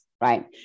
right